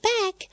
back